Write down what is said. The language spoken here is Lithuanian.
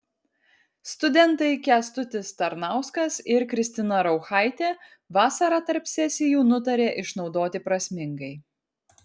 studentai kęstutis tarnauskas ir kristina rauchaitė vasarą tarp sesijų nutarė išnaudoti prasmingai